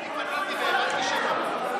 אני פניתי והבנתי שהם אמרו לך.